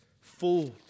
fooled